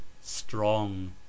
Strong